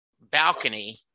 balcony